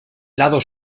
lado